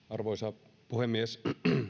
arvoisa puhemies